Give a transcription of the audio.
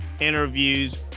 interviews